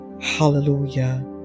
hallelujah